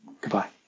Goodbye